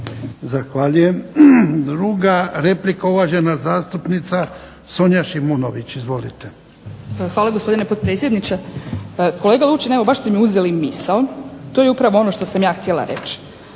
Zahvaljujem. Druga replika, uvažena zastupnica Sonja Šimunović. Izvolite. **Šimunović, Sonja (SDP)** Hvala, gospodine potpredsjedniče. Kolega Lučin, evo baš ste mi uzeli misao, to je upravo ono što sam ja htjela reći,